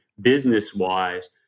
business-wise